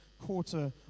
quarter